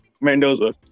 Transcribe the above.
Mendoza